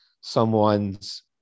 someone's